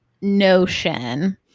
notion